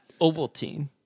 Ovaltine